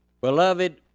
Beloved